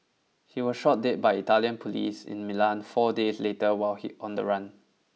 he was shot dead by Italian police in Milan four days later while on the run